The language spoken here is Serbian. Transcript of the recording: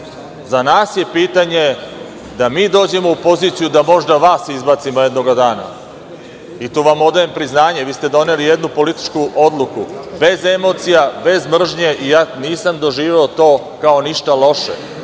Za nas je pitanje da mi dođemo u poziciju da možda vas izbacimo jednoga dana. Tu vam odajem priznanje. Vi ste doneli jednu političku odluku, bez emocija, bez mržnje i nisam doživeo to kao ništa loše.